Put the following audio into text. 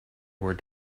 where